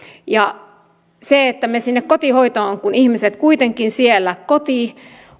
esimerkiksi se että me sinne kotihoitoon kun ihmiset kuitenkin ovat siellä koti